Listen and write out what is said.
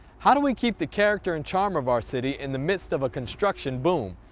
how do we keep the characters and charm of our city in the midst of a construction boom?